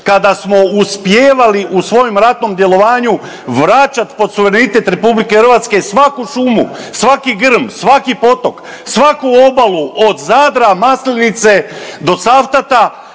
kada smo uspijevali u svom ratnom djelovanju vraćat pod suverenitet RH svaku šumu, svaki grm, svaki potok, svaku obalu od Zadra, Maslenice do Cavtata,